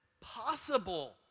possible